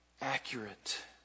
Accurate